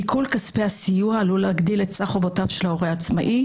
עיקול כספי הסיוע עלול להגדיל את סך חובותיו של ההורה העצמאי,